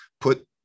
put